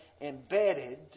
embedded